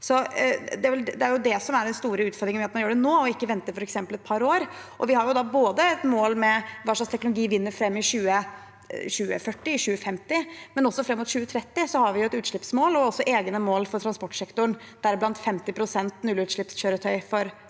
som er den store utfordringen ved at man gjør det nå og ikke venter f.eks. et par år. Vi har et mål med hva slags teknologi som vinner fram i 2040–2050, men også fram mot 2030 har vi et utslippsmål og egne mål for transportsektoren, deriblant 50 pst. nullutslippskjøretøy for lastebiler.